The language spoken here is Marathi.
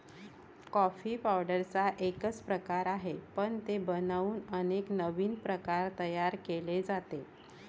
कॉफी पावडरचा एकच प्रकार आहे, पण ते बनवून अनेक नवीन प्रकार तयार केले जातात